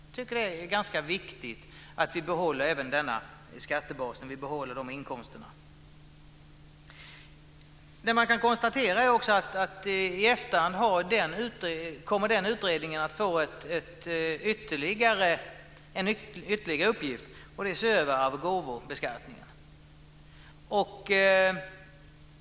Vi tycker att det är ganska viktigt att behålla även denna skattebas när vi behåller de inkomsterna. Det man kan konstatera är också att denna utredning i efterhand kommer att få en ytterligare uppgift, och det är att se över arvs och gåvobeskattningen.